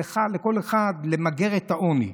לך ולכל אחד למגר את העוני.